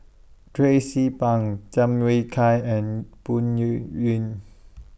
Tracie Pang Tham Yui Kai and Phoon Yew